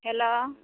hello